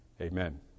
Amen